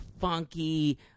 funky